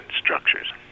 structures